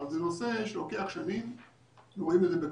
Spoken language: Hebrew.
צריך לראות תוצאות של בדיקות,